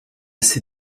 ses